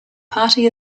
party